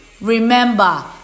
remember